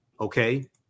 okay